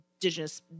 indigenous